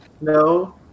No